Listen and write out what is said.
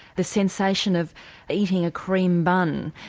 the sensation of eating a cream bun?